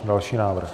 Další návrh.